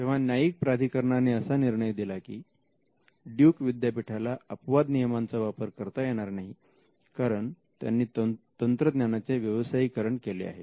तेव्हा न्यायिक प्राधिकरणाने असा निर्णय दिला की ड्युक विद्यापीठाला अपवाद नियमांचा वापर करता येणार नाही कारण त्यांनी तंत्रज्ञानाचे व्यवसायीकरण केले आहे